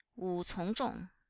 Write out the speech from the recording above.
wu cong zhong.